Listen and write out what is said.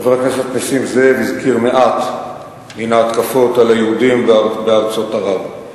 חבר הכנסת נסים זאב הזכיר מעט מן ההתקפות על היהודים בארצות ערב.